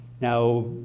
Now